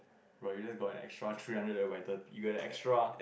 if really got extra three hundreds then my turn you got the extra